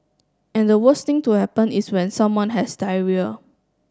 and the worst thing to happen is when someone has diarrhoea